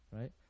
right